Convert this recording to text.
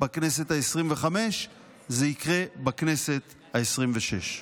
בכנסת העשרים-וחמש, זה יקרה בכנסת העשרים-ושש.